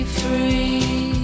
free